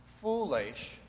foolish